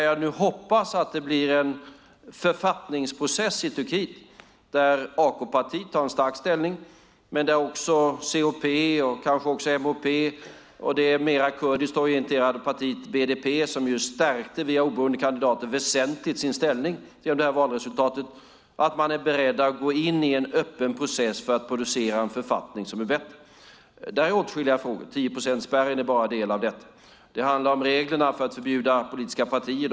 Jag hoppas att det nu blir en författningsprocess i Turkiet där AK-partiet har en stark ställning, men där också CHP, kanske MHP och det mer kurdiskt orienterade partiet BDP, som via den oberoende kandidaten väsentligt stärkte sin ställning i valresultatet, är beredda att gå in i en öppen process för att producera en författning som är bättre. Där finns åtskilliga frågor. 10-procentsspärren är bara en del av detta. Det handlar om reglerna för att förbjuda politiska partier.